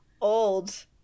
old